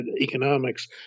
economics